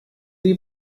die